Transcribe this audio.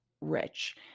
rich